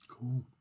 Cool